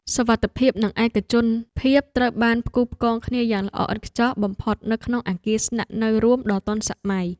សុវត្ថិភាពនិងឯកជនភាពត្រូវបានផ្គូរផ្គងគ្នាយ៉ាងល្អឥតខ្ចោះបំផុតនៅក្នុងអគារស្នាក់នៅរួមដ៏ទាន់សម័យ។